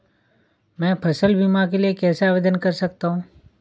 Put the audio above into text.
मैं फसल बीमा के लिए कैसे आवेदन कर सकता हूँ?